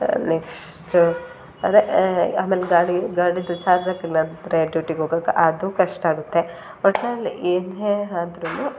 next ಅದೇ ಆಮೇಲೆ ಗಾಡಿ ಗಾಡಿಯದ್ದು ಚಾರ್ಜ್ ಆಗಿಲ್ಲಾಂದರೆ ಡ್ಯೂಟಿಗೆ ಹೋಗಕ್ ಅದೂ ಕಷ್ಟ ಆಗುತ್ತೆ ಒಟ್ನಲ್ಲಿ ಏನೇ ಆದ್ರೂ